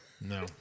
No